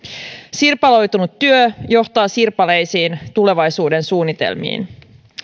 sirpaloitunut työ johtaa sirpaleisiin tulevaisuudensuunnitelmiin